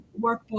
workbook